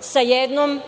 sa jednom